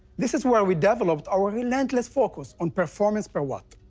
this is where we developed our relentless focus on performance per watt.